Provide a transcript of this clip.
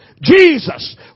Jesus